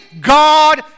God